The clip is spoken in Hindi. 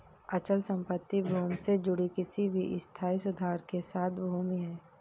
अचल संपत्ति भूमि से जुड़ी किसी भी स्थायी सुधार के साथ भूमि है